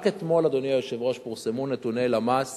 רק אתמול, אדוני היושב-ראש, פורסמו נתוני הלמ"ס